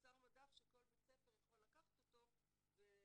מוצר מדף שכל בית ספר יכול לקחת אותו ולהכניס?